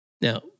Now